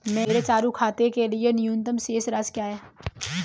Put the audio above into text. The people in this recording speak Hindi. मेरे चालू खाते के लिए न्यूनतम शेष राशि क्या है?